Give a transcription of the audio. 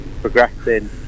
progressing